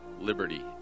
liberty